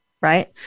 right